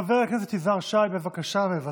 חבר הכנסת יזהר שי, מוותר,